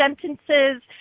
sentences